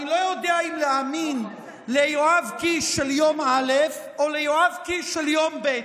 אני לא יודע אם להאמין ליואב קיש של יום א' או ליואב קיש של יום ב'.